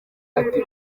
ati